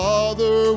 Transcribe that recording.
Father